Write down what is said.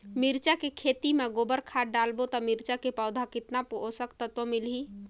मिरचा के खेती मां गोबर खाद डालबो ता मिरचा के पौधा कितन पोषक तत्व मिलही?